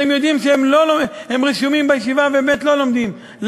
אתם יודעים שהם רשומים בישיבה ובאמת לא לומדים,